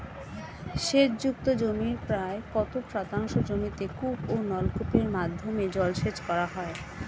সেচ যুক্ত জমির প্রায় কত শতাংশ জমিতে কূপ ও নলকূপের মাধ্যমে জলসেচ করা হয়?